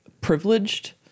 privileged